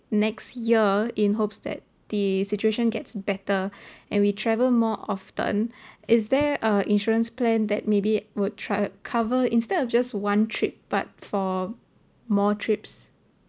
next year in hopes that the situation gets better and we travel more often is there uh insurance plan that maybe would tr~ cover instead of just one trip but for more trips